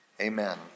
Amen